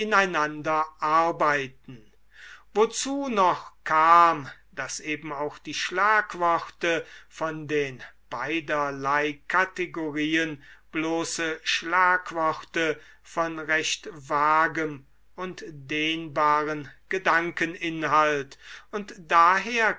ineinander arbeiten wozu noch kam daß eben auch die schlagworte von den beiderlei kategorien bloße schlagworte von recht vagem und dehnbarem gedankeninhalt und daher